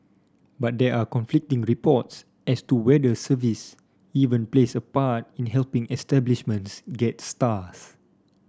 but there are conflicting reports as to whether service even plays a part in helping establishments get stars